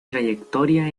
trayectoria